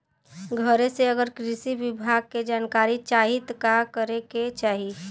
घरे से अगर कृषि विभाग के जानकारी चाहीत का करे के चाही?